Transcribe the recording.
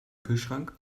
kühlschrank